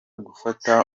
gufata